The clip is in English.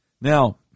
Now